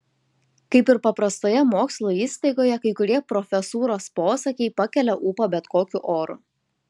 kaip ir paprastoje mokslo įstaigoje kai kurie profesūros posakiai pakelia ūpą bet kokiu oru